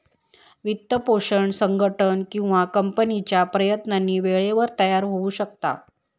वित्तपोषण संघटन किंवा कंपनीच्या प्रयत्नांनी वेळेवर तयार होऊ शकता